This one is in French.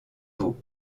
vaux